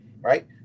right